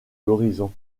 l’horizon